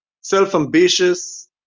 self-ambitious